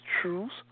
truths